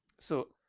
so,